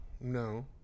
no